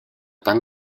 tan